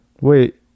Wait